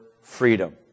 freedom